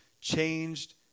changed